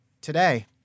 today